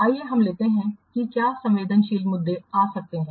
आइए हम लेते हैं कि क्या संवेदनशील मुद्दे आ सकते हैं